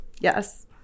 Yes